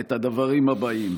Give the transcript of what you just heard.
את הדברים הבאים: